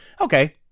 Okay